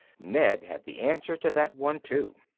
ned had the answer to that one too.